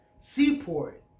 seaport